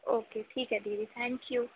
okay ठीक है दीदी थैंक यू